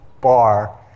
bar